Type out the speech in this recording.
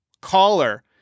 Caller